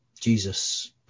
jesus